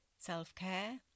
self-care